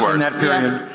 in that period.